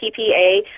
PPA